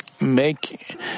make